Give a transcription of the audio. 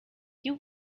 you